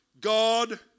God